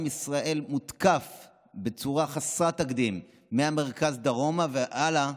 כשעם ישראל מותקף בצורה חסרת תקדים מהמרכז דרומה והלאה,